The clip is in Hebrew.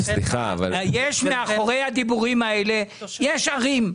יש מאחורי הדיבורים האלה ערים.